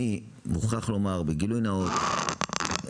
גילוי נאות,